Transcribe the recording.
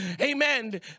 amen